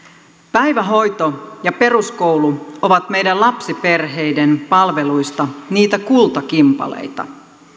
päivähoito ja peruskoulu ovat meidän lapsiperheiden palveluista niitä kultakimpaleita